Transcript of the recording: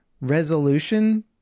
resolution